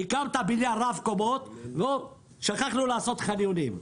הקמת בניין רב-קומות אבל שכחנו לעשות חניונים.